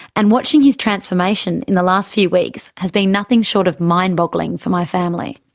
and watching his transformation in the last few weeks has been nothing short of mind-boggling for my family.